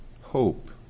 hope